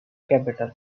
capital